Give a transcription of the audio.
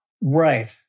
Right